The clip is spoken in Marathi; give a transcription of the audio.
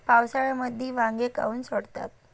पावसाळ्यामंदी वांगे काऊन सडतात?